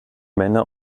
männer